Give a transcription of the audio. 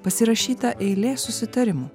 pasirašyta eilė susitarimų